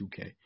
2K